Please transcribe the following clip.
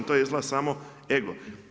To je izgleda samo ego.